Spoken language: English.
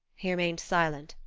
he remained silent,